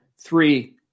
three